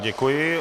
Děkuji.